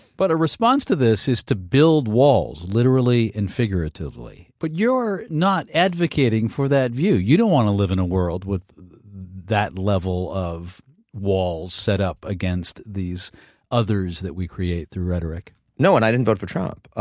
but a response to this is to build walls, literally and figuratively. but you're not advocating for that view, you don't want to live in a world with that level of walls set up against these others that we create through rhetoric? no, and i didn't vote for trump.